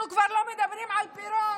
אנחנו כבר לא מדברים על פירות.